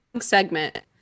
segment